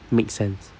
makes sense